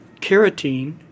carotene